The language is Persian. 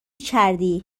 کردی